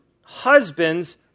husbands